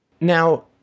Now